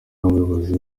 n’abayobozi